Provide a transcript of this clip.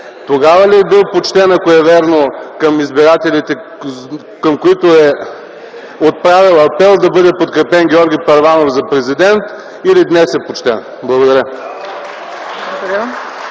Тогава ли е бил почтен, ако е вярно, към избирателите, към които е отправил апел да бъде подкрепен Георги Първанов за президент, или днес е почтен? Благодаря.